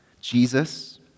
Jesus